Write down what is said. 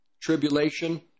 tribulation